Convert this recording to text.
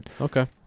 okay